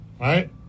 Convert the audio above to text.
right